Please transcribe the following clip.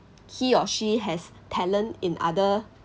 he or she has talent in other